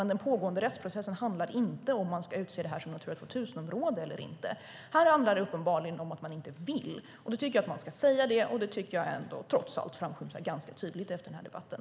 Men den pågående rättsprocessen gäller inte om man ska utse detta som ett Natura 2000-område eller inte. Här handlar det uppenbarligen om att man inte vill, och då tycker jag att man ska säga det. Trots allt framskymtar det ganska tydligt i den här debatten.